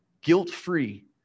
guilt-free